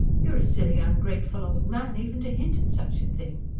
you're a silly, ungrateful old man, even to hint at such a thing.